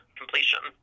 completion